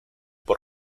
por